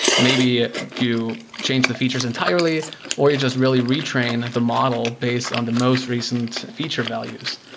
maybe you change the features entirely or you just really retrain and the model based on the most recent feature values.